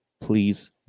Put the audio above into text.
please